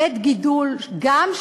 בית גידול גם,